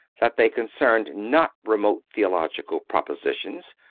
that they concerned not remote theological propositions,